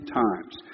times